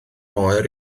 oer